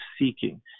seeking